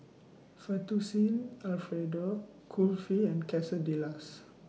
Fettuccine Alfredo Kulfi and Quesadillas